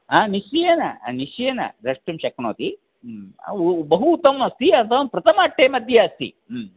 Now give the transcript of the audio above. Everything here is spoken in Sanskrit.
आ निश्चयेन निश्चयेन द्रष्टुं शक्नोति बहु उत्तममस्ति अनन्तरं प्रथम अट्टे मध्ये अस्ति